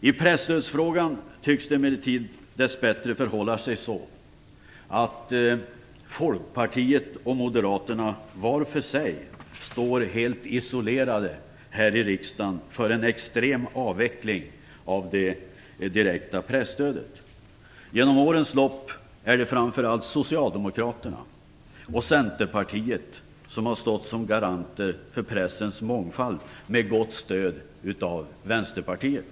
I presstödsfrågan tycks det emellertid dessbättre förhålla sig så att Folkpartiet och Moderaterna står helt isolerade här i riksdagen när det gäller en extrem avveckling av det direkta presstödet. Genom årens lopp är det framför allt Socialdemokraterna och Centerpartiet som har stått som garanter för pressens mångfald, med gott stöd från Vänsterpartiet.